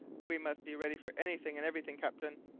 we must be ready for anything and everything, captain.